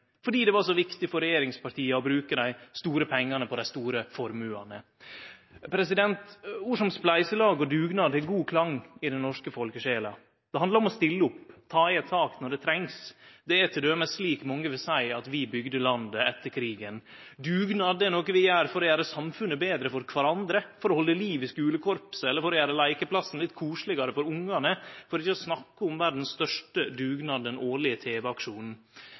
fordi det var så viktig for regjeringspartia å bruke dei store pengane på dei store formuane. Ord som «spleiselag» og «dugnad» har god klang i den norske folkesjela. Det handlar om å stille opp, ta i eit tak når det trengst. Det er t.d. slik mange vil seie at vi bygde landet etter krigen. Dugnad er noko vi gjer for å gjere samfunnet betre for kvarandre, for å halde liv i skulekorpset eller for å gjere leikeplassen litt koselegare for ungane – for ikkje å snakke om verdas største dugnad: den årlege